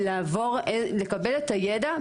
לקבל את הידע,